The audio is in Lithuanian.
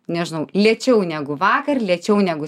nežinau lėčiau negu vakar lėčiau negu